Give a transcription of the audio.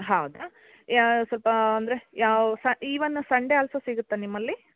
ಹೌದಾ ಯಾ ಸ್ವಲ್ಪ ಅಂದರೆ ಯಾವ ಸ ಈವನ್ ಸಂಡೇ ಆಲ್ಸೋ ಸಿಗುತ್ತಾ ನಿಮ್ಮಲ್ಲಿ